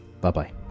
Bye-bye